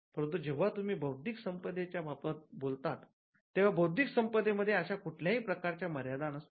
परंतु जेव्हा तुम्ही बौद्धिक संपदेच्या बाबत बोलता तेव्हा बौद्धिक संपदे मध्ये अशा कुठल्याही प्रकारच्या मर्यादा नसतात